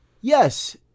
yes